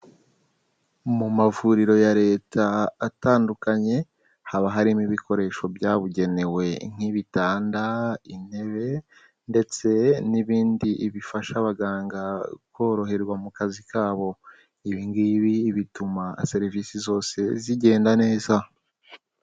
Mu mavuriro ya Leta atandukanye haba harimo ibikoresho byabugenewe nk'ibitanda, intebe ndetse n'ibindi bifasha abaganga koroherwa mu kazi kabo, ibi ngibi bituma serivisi zose zigenda neza.